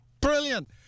Brilliant